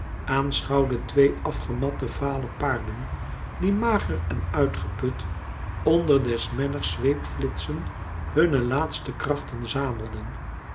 aanschouwde twee afgematte vale paarden die mager en uitgeput onder des menners zweepflitsen hunne laatste krachten zamelden